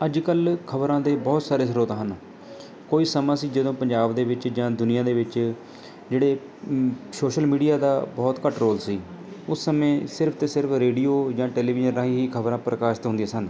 ਅੱਜ ਕੱਲ੍ਹ ਖ਼ਬਰਾਂ ਦੇ ਬਹੁਤ ਸਾਰੇ ਸ੍ਰੋਤ ਹਨ ਕੋਈ ਸਮਾਂ ਸੀ ਜਦੋਂ ਪੰਜਾਬ ਦੇ ਵਿੱਚ ਜਾਂ ਦੁਨੀਆਂ ਦੇ ਵਿੱਚ ਜਿਹੜੇ ਸੋਸ਼ਲ ਮੀਡੀਆ ਦਾ ਬਹੁਤ ਘੱਟ ਰੋਲ ਸੀ ਉਸ ਸਮੇਂ ਸਿਰਫ਼ ਅਤੇ ਸਿਰਫ਼ ਰੇਡੀਓ ਜਾਂ ਟੈਲੀਵਿਜ਼ਨ ਰਾਹੀਂ ਹੀ ਖ਼ਬਰਾਂ ਪ੍ਰਕਾਸ਼ਿਤ ਹੁੰਦੀਆਂ ਸਨ